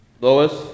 Lois